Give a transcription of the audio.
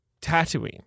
Tatooine